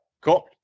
Cool